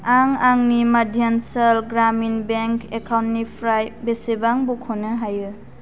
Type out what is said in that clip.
आं आंनि मध्यानचल ग्रामिन बेंक एकाउन्टनिफ्राय बेसेबां बख'नो' हायो